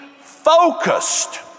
focused